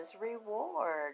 reward